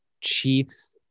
Chiefs